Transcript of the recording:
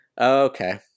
Okay